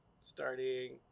starting